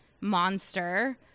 monster